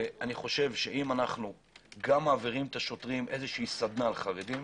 אני חושב שאם אנו גם מעברים את השוטרים סדנה על חרדים,